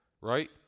right